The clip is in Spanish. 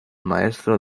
maestro